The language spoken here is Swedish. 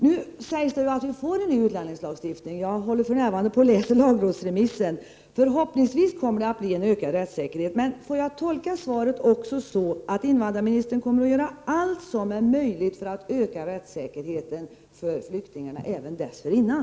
Nu sägs det att vi får en ny utlänningslagstiftning — jag håller för närvarande på att läsa lagrådsremissen — och förhoppningsvis kommer det att bli en ökad rättssäkerhet. Men får jag tolka svaret också så att invandrarmi nistern kommer att göra allt som är möjligt för att öka rättssäkerheten för flyktingarna även dessförinnan?